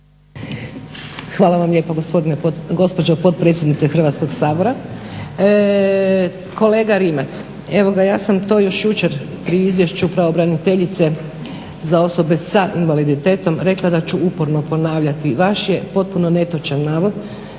Hvala vam lijepa gospodine, gospođo potpredsjednice Hrvatskog sabora. Kolega Rimac, evo ga ja sam to još jučer u izvješću pravobraniteljice za osobe sa invaliditetom rekla da ću uporno ponavljati. Vaš je potpuno netočan navod